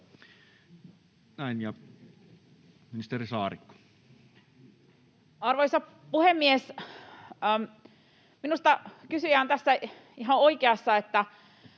Arvoisa puhemies! Minusta kysyjä on tässä ihan oikeassa. Kun